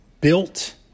built